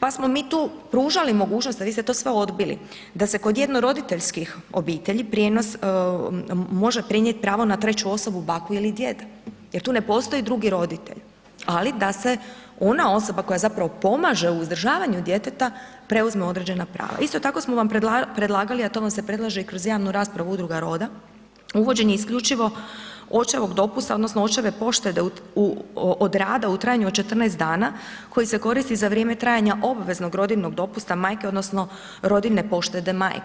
pa smo mi tu pružali mogućnost, a vi ste to sve odbili, da se kod jednoroditeljskih obitelji prijenos, može prenijeti pravo na 3. osobu, baku ili djeda jer tu ne postoji drugi roditelj, ali da se ona osoba koja zapravo pomaže u uzdržavanju djeteta preuzme određena prava. isto tako smo vam predlagali, a to vam se predlaže i kroz javnu raspravu Udruga Roda, uvođenje isključivo očevog dopusta odnosno očeve poštede u, od rada u trajanju od 14 dana koji se koriste za vrijeme trajanja obveznog rodiljnog dopusta majke, odnosno rodiljne poštede majke.